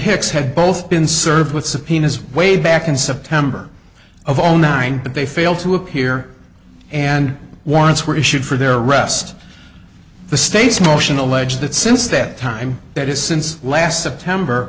hicks had both been served with subpoenas way back in september of zero nine but they failed to appear and warrants were issued for their arrest the state's motion allege that since that time that is since last september